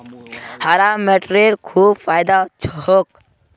हरा मटरेर खूब फायदा छोक